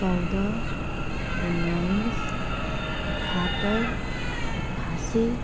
चौध उन्नाइस अठहत्तर अठासी